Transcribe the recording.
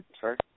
Sorry